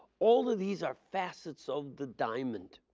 all of these are facets of the diamond